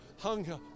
Hunger